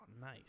nice